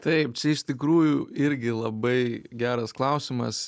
taip čia iš tikrųjų irgi labai geras klausimas